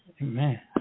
Amen